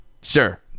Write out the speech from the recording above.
Sure